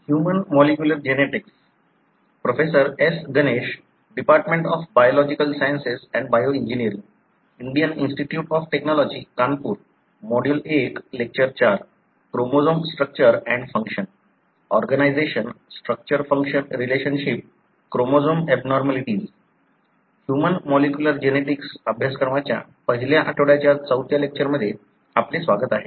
human molecular genetics अभ्यासक्रमाच्या पहिल्या आठवड्याच्या चौथ्या लेक्चरमध्ये आपले स्वागत आहे